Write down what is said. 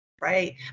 right